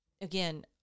again